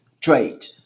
trade